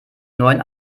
neuen